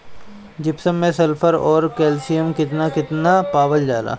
Gypsum मैं sulphur औरी calcium कितना कितना पावल जाला?